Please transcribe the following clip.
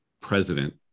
president